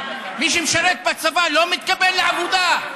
מי שמשרת בצבא לא מתקבל לעבודה?